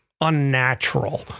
unnatural